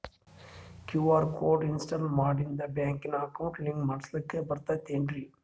QR code install ಮಾಡಿಂದ ಬ್ಯಾಂಕಿನ account link ಮಾಡಸ್ಲಾಕ ಬರ್ತದೇನ್ರಿ